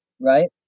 right